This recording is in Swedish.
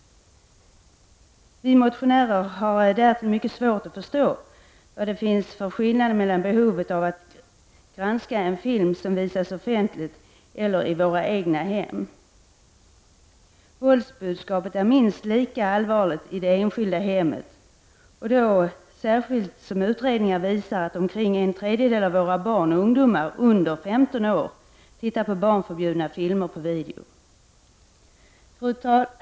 Vi motionärer har därtill mycket svårt att förstå vad det finns för skillnad när det gäller behovet av att granska om en film visas offentligt eller i våra egna hem. Våldsbudskapet är ju minst lika allvarligt i det enskilda hemmet, särskilt som utredningar visar att omkring en tredjedel av våra barn och ungdomar under 15 år ser barnförbjudna filmer på video.